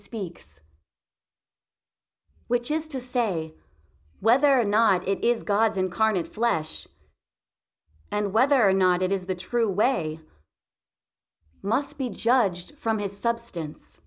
speaks which is to say whether or not it is god's incarnate flesh and whether or not it is the true way must be judged from his substance